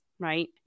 Right